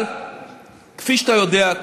אבל כפי שאתה יודע,